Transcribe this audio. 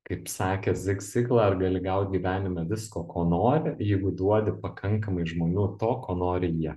kaip sakė zik sikla ar gali gaut gyvenime visko ko nori jeigu duodi pakankamai žmonių to ko nori jie